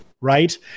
Right